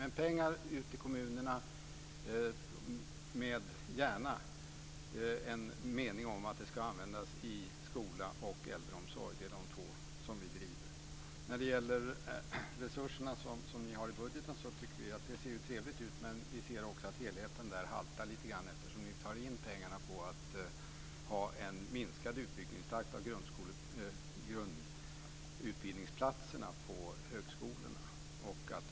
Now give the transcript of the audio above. Men pengar ska gå ut i kommunerna, gärna med en formulering om att de ska användas i skola och äldreomsorg. Det är de två frågor vi driver. När det gäller resurserna som ni har i budgeten tycker vi att det ser trevligt ut, men vi ser också att helheten haltar lite grann eftersom ni tar in pengarna på att föreslå en minskad utbyggningstakt av grundutbildningsplatserna på högskolorna.